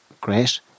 great